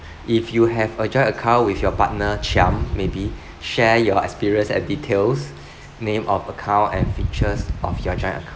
if you have a joint account with your partner chiam maybe share your experience and details name of account and features of your joint account